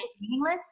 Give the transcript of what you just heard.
meaningless